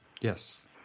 Yes